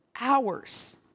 hours